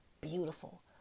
beautiful